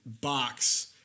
box